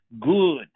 Good